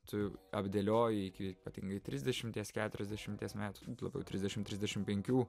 tu apdėlioji iki ypatingai trisdešimties keturiasdešimties metų labiau trisdešim trisdešim penkių